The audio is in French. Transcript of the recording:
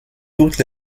toutes